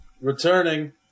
Returning